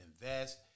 invest